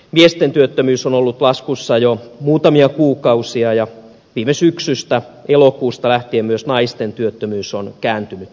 miesten työttömyys on ollut laskussa jo muutamia kuukausia ja viime syksystä elokuusta lähtien myös naisten työttömyys on kääntynyt laskuun